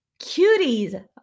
Cuties